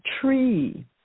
tree